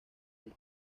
olla